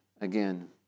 again